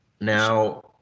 Now